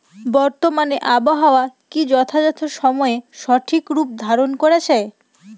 বর্তমানে আবহাওয়া কি যথাযথ সময়ে সঠিক রূপ ধারণ করছে?